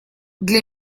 для